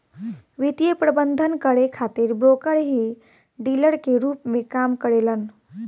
वित्तीय प्रबंधन करे खातिर ब्रोकर ही डीलर के रूप में काम करेलन